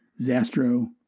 Zastro